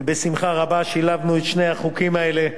ובשמחה רבה שילבנו את שני החוקים האלה,